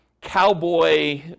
cowboy